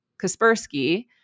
Kaspersky